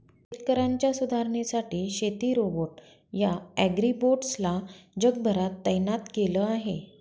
शेतकऱ्यांच्या सुधारणेसाठी शेती रोबोट या ॲग्रीबोट्स ला जगभरात तैनात केल आहे